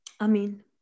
Amen